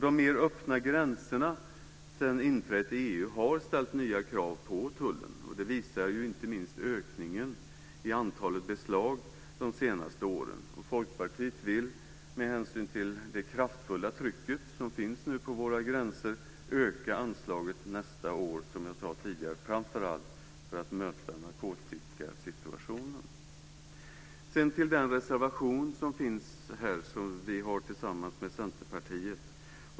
De mer öppna gränserna sedan inträdet i EU har ställt nya krav på tullen. Det visar inte minst ökningen i antalet beslag de senaste åren. Folkpartiet vill med hänsyn till det kraftfulla tryck som nu finns på våra gränser öka anslaget nästa år, som jag sade tidigare framför allt för att möta narkotikasituationen. Till den reservation som vi har tillsammans med Centerpartiet.